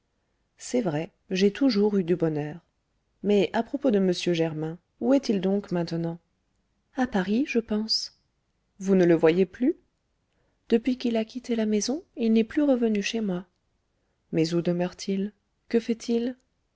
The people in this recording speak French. c'est vrai j'ai toujours eu du bonheur mais à propos de m germain où est-il donc maintenant à paris je pense vous ne le voyez plus depuis qu'il a quitté la maison il n'est plus revenu chez moi mais où demeure-t-il que fait-il